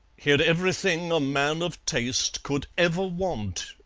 he'd everything a man of taste could ever want,